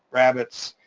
rabbits.